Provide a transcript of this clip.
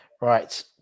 right